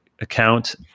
account